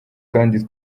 kandi